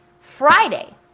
friday